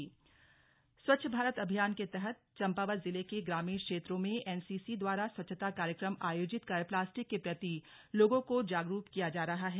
स्वच्छता कार्यक्रम चंपावत स्वच्छ भारत अभियान के तहत चंपावत जिले के ग्रामीण क्षेत्रो में एनसीसी द्वारा स्वच्छता कार्यक्रम आयोजित कर प्लास्टिक के प्रति लोगों को जागरूक किया जा रहा है